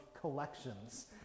collections